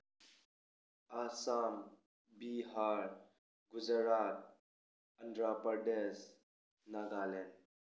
Assam Bihar Gujarat Andhra Pradesh Nagaland